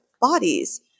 bodies